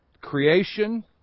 creation